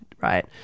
right